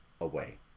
away